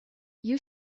you